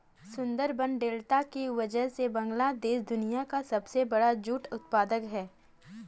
Sundarban delta की वजह से बांग्लादेश दुनिया का सबसे बड़ा जूट उत्पादक है